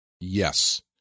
Yes